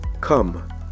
come